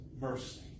mercy